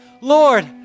Lord